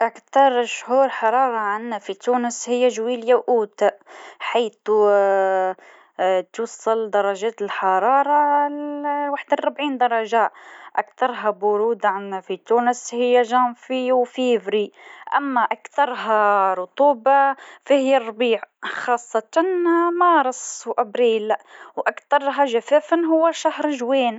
في المكان اللي نشتغل فيه، عندنا حوالي ستة نوافذ. النوافذ تضفي جو من الحيوية وتساعد على التركيز. نحب نكون في مكان فيه ضوء نهاري.